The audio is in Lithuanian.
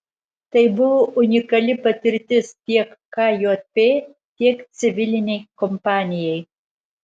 tai buvo unikali patirtis tiek kjp tiek civilinei kompanijai